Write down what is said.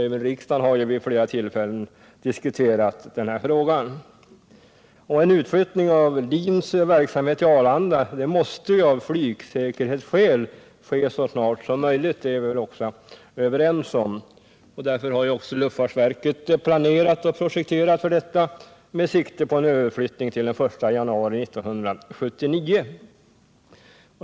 Även riksdagen har vid flera tillfällen diskuterat frågan. En utflyttning av LIN:s verksamhet till Arlanda måste av flygsäkerhetsskäl ske så snart som möjligt — det är vi väl överens om. Därför har luftfartsverket planerat och projekterat för detta med sikte på en överflyttning den 1 januari 1979.